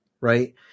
right